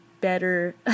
better